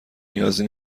نیازی